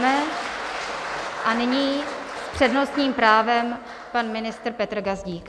A nyní s přednostním právem pan ministr Petr Gazdík.